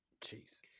Jesus